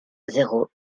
zéro